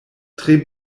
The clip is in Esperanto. tre